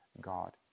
God